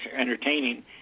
entertaining